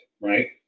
right